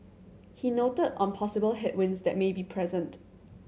he noted on possible headwinds that may be present